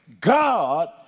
God